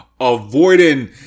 avoiding